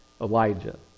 Elijah